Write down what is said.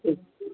ठीक